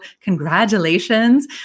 Congratulations